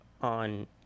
on